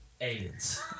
Aliens